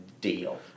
deal